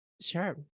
Sure